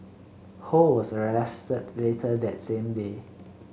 Ho was arrested later that same day